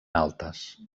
altes